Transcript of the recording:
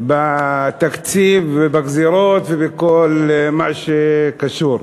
על התקציב, על הגזירות ועל כל מה שקשור.